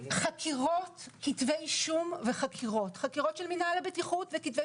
חקירות וכתבי אישום חקירות של מינהל הבטיחות וכתבי